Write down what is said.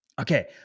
Okay